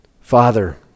Father